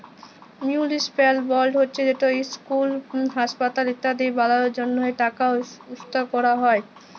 municipal board হছে যেট school, হাঁসপাতাল ইত্যাদি বালালর জ্যনহে টাকা ইস্যু ক্যরা হ্যয়